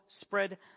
spread